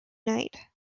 night